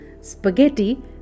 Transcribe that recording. Spaghetti